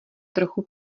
trochu